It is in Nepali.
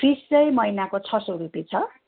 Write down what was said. फिस चाहिँ महिनाको छ सौ रुपियाँ छ